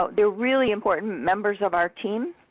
ah they are really important members of our team.